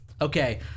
Okay